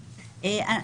היושב-ראש,